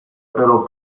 però